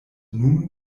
nun